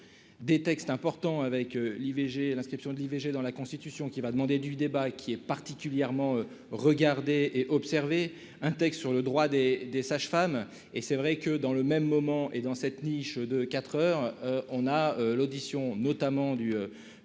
des textes importants avec l'IVG, l'inscription de l'IVG dans la Constitution, qui va demander du débat qui est particulièrement regardez et observez un texte sur le droit des, des sages-femmes, et c'est vrai que dans le même moment et dans cette niche de 4 heures, on a l'audition notamment du